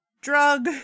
drug